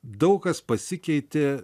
daug kas pasikeitė